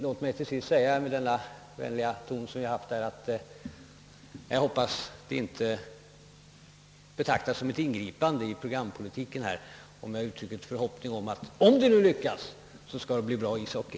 Låt mig till sist säga, med den vänliga ton vi har använt här, att jag hop pas att det inte betraktas som ett ingrepp i programpolitiken om jag uttrycker förhoppningen att om förhandlingarna nu lyckas, det också skall bli bra ishockey.